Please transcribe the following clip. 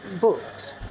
books